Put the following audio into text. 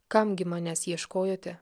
kam gi manęs ieškojote